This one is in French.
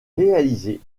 réalisés